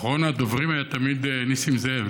אחרון הדוברים היה תמיד נסים זאב,